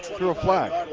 threw a flag.